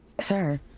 Sir